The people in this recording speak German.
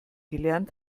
gelernt